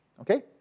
Okay